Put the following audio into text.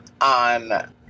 on